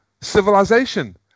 civilization